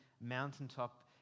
mountaintop